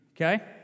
okay